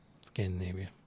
scandinavia